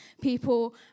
people